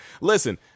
Listen